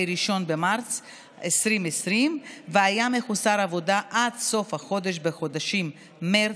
1 במרץ 2020 והיה מחוסר עבודה עד סוף החודש בחודשים מרץ,